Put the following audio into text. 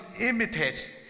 imitate